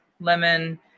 lemon